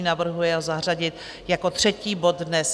Navrhuje ho zařadit jako třetí bod dnes.